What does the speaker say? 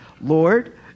Lord